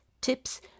tips